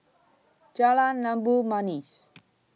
Jalan Labu Manis